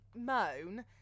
moan